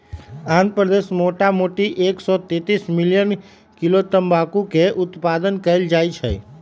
आंध्र प्रदेश मोटामोटी एक सौ तेतीस मिलियन किलो तमाकुलके उत्पादन कएल जाइ छइ